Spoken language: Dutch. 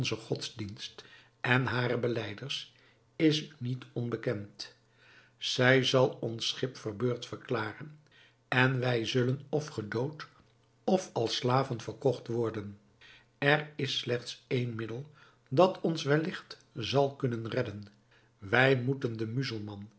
onzen godsdienst en hare belijders is u niet onbekend zij zal ons schip verbeurd verklaren en wij zullen of gedood of als slaven verkocht worden er is slechts een middel dat ons welligt zal kunnen redden wij moeten den muzelman